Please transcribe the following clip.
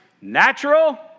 natural